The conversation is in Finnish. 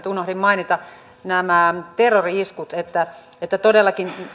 unohdin mainita nämä terrori iskut todellakin